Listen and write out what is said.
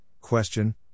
question